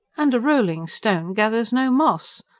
and a rolling stone gathers no moss!